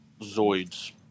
Zoids